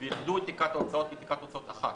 ואיחדו את תקרת ההוצאות לתקרת הוצאות אחת.